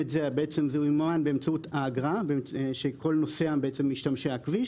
זה ימומן באמצעות האגרה של כל משתמשי הכביש.